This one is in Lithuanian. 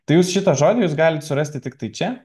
tai jūs šitą žodį jūs galite surasti tiktai čia